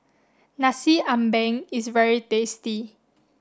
Nasi Ambeng is very tasty